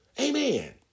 Amen